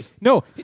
No